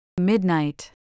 Midnight